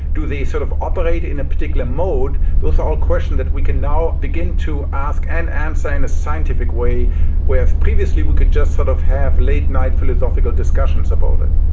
do they sort of operate in a particular mode? those are all questions that we can now begin to ask and answer in a scientific way where previously we could just sort of have late night philosophical discussions about it.